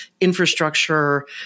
infrastructure